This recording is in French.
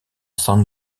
san